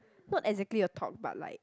not exactly a talk but like